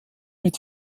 mit